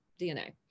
DNA